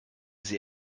sie